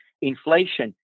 Inflation